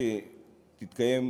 אותה פעולה.